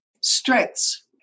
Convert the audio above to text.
Strengths